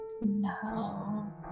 No